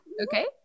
Okay